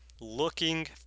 looking